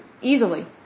Easily